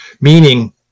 meaning